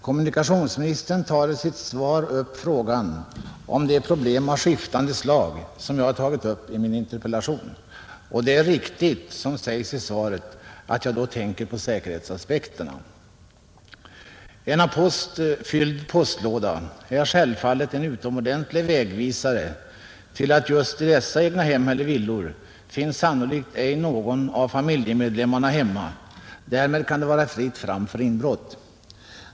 Kommunikationsministern tar i sitt svar upp frågan om de problem av skiftande slag som jag har tagit upp i min interpellation, och det är riktigt som sägs i svaret att jag då tänker på säkerhetsaspekterna. En av post fylld postlåda är självfallet en utomordentlig vägvisare till att just i dessa egnahem eller villor finns sannolikt ej någon av familjemedlemmarna hemma, därmed kan det vara fritt fram för inbrott.